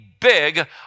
big